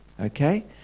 Okay